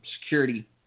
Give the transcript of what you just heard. security